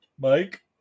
mike